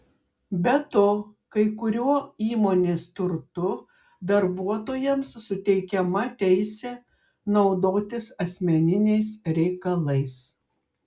be to kai kuriuo įmonės turtu darbuotojams suteikiama teisė naudotis asmeniniais reikalais